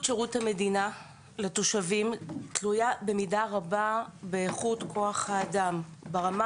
שירות המדינה לתושבים תלויה במידה רבה באיכות כוח האדם ברמה